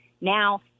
Now